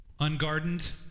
ungardened